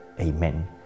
Amen